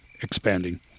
expanding